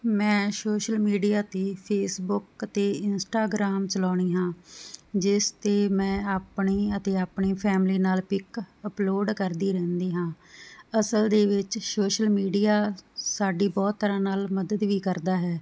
ਮੈਂ social media ਤੇ Facebook ਤੇ ਇੰਸਟਾਗ੍ਰਾਮ ਚਲਾਉਣੀ ਹਾਂ ਜਿਸ ਤੇ ਮੈਂ ਆਪਣੀ ਅਤੇ ਆਪਣੇ ਫੈਮਲੀ ਨਾਲ ਪਿੱਕ ਅਪਲੋਡ ਕਰਦੀ ਰਹਿੰਦੀ ਹਾਂ ਅਸਲ ਦੇ ਵਿੱਚ ਸੋਸ਼ਲ ਮੀਡੀਆ ਸਾਡੀ ਬਹੁਤ ਤਰ੍ਹਾਂ ਨਾਲ ਮਦਦ ਵੀ ਕਰਦਾ ਹੈ